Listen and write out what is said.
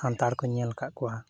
ᱥᱟᱱᱛᱟᱲᱠᱚᱧ ᱧᱮᱞ ᱟᱠᱟᱫ ᱠᱚᱣᱟ